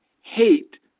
hate